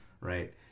Right